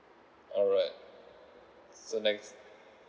alright so next